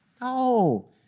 No